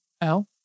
Al